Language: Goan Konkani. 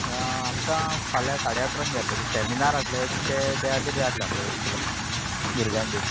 आमकां फाल्यां साडे अकरांक जाय आसलें तें सॅमिनार आसलें तें त्या खातीर जाय आसलें आमकां ते स्कुलान भुरग्यांक बी